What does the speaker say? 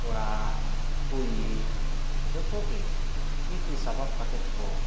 ᱠᱚᱲᱟ ᱠᱩᱲᱤ ᱡᱚᱛᱚᱜᱮ ᱛᱤᱼᱛᱤ ᱥᱟᱯᱟᱵᱽ ᱠᱟᱛᱮᱫᱠᱚ